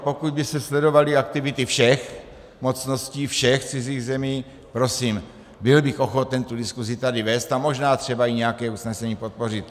Pokud by se sledovaly aktivity všech mocností, všech cizích zemí, prosím, byl bych ochoten tu diskusi tady vést a možná třeba i nějaké usnesení podpořit.